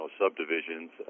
subdivisions